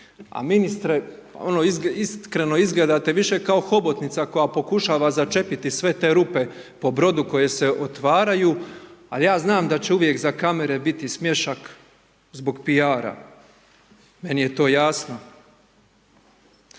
a ministre, ono iskreno, izgledate više kao hobotnica, koje pokušava začepiti sve te rupe po brodu koje se otvaraju, a ja znam da će uvijek za kamere biti smješka zbog P.R. meni je to jasno.